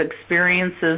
experiences